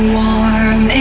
warm